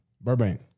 Burbank